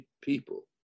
people